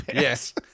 Yes